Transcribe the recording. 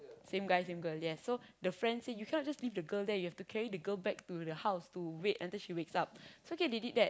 same guy same girl yes so the friend say you cannot just leave the girl there you have to carry the girl back to the house to wait until she wakes up so okay they did that